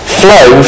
flow